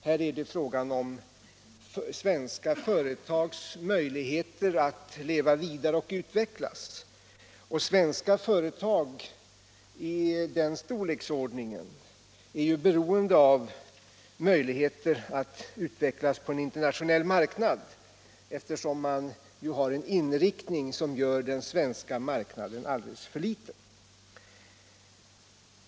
Här är det fråga om svenska företags möjligheter att leva vidare och utvecklas, och företag i den storleksordning som det här gäller är ju beroende av möjligheterna att utveckla sig på en internationell marknad, 55 eftersom de har en inriktning som gör den svenska marknaden alldeles för liten.